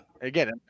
Again